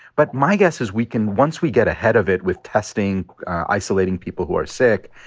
but my guess is we can once we get ahead of it with testing, isolating people who are sick,